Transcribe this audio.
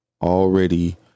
already